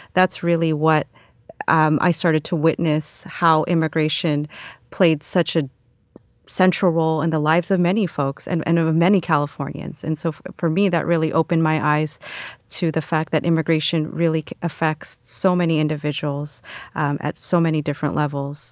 that's really what um i started to witness how immigration played such a central role in the lives of many folks and and of of many californians. and so for me, that really opened my eyes to the fact that immigration really affects so many individuals at so many different levels